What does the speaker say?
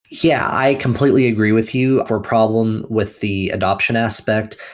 yeah, i completely agree with you for problem with the adoption aspect.